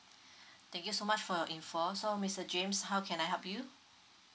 thank you so much for your info so mister james how can I help you